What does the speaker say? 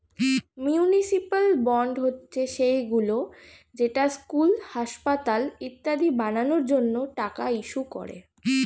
municipal bond হচ্ছে সেইগুলো যেটা স্কুল, হাসপাতাল ইত্যাদি বানানোর জন্য টাকা ইস্যু করে